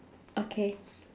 okay